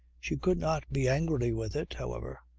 she could not be angry with it, however,